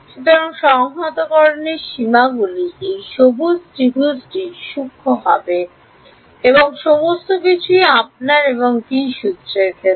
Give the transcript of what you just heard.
সুতরাং সংহতকরণের সীমাগুলি এই সবুজ ত্রিভুজটি সূক্ষ্ম হবে এবং সমস্ত কিছুই আপনার এবং v সূত্রের ক্ষেত্রে